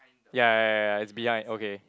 ya ya ya it's behind okay